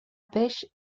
pêche